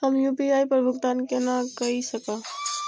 हम यू.पी.आई पर भुगतान केना कई सकब?